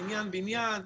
בניין-בניין.